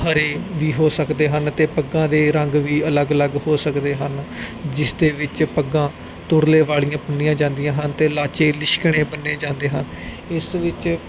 ਹਰੇ ਵੀ ਹੋ ਸਕਦੇ ਹਨ ਅਤੇ ਪੱਗਾਂ ਦੇ ਰੰਗ ਵੀ ਅਲੱਗ ਅਲੱਗ ਹੋ ਸਕਦੇ ਹਨ ਜਿਸ ਦੇ ਵਿੱਚ ਪੱਗਾਂ ਤੁਰਲੇ ਵਾਲੀਆਂ ਬੰਨੀਆਂ ਜਾਂਦੀਆਂ ਹਨ ਅਤੇ ਲਾਚੇ ਲਿਸ਼ਕਣੇ ਬੰਨ੍ਹੇ ਜਾਂਦੇ ਹਨ ਇਸ ਵਿੱਚ